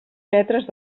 metres